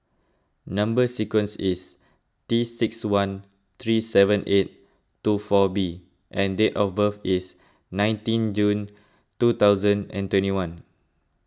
Number Sequence is T six one three seven eight two four B and date of birth is nineteen June two thousand and twenty one